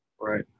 right